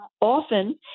Often